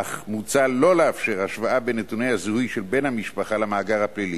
אך מוצע שלא לאפשר השוואה בין נתוני הזיהוי של בן המשפחה למאגר הפלילי.